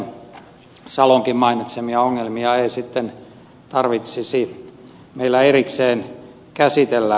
petri salonkaan mainitsemia ongelmia ei sitten tarvitsisi meillä erikseen käsitellä